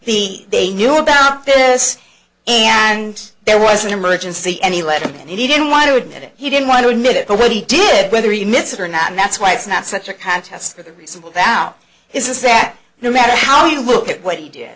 them he they knew about this and there was an emergency and he let him and he didn't want to admit it he didn't want to admit it but what he did whether you miss it or not and that's why it's not such a contest that the reasonable doubt is that no matter how you look at what he did